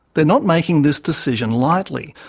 they're not making this decision lightly.